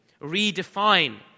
redefine